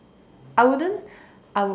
I wouldn't I would